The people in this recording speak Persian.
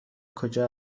کجا